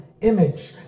image